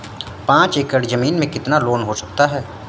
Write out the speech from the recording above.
पाँच एकड़ की ज़मीन में कितना लोन हो सकता है?